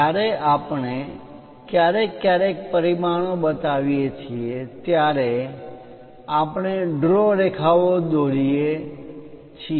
જ્યારે આપણે ક્યારેક ક્યારેક પરિમાણો બતાવીએ છીએ ત્યારે આપણે ડ્રો રેખાઓ દોરીએ છીએ